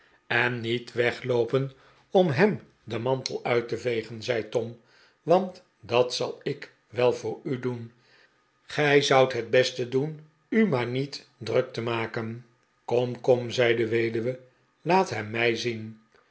en niet wegloopen om hem den mantel uit te vegen zei tom want dat zal ik wel voor u doen gij zoudt het beste doen u maar niet druk te maken kom kom zei de weduwe laat hem mij zien